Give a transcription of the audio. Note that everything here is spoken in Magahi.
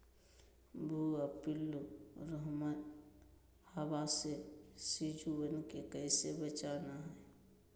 भुवा पिल्लु, रोमहवा से सिजुवन के कैसे बचाना है?